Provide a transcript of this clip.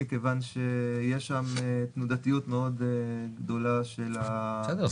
מכיוון שיש שם תנודתיות מאוד גדולה של --- בסדר,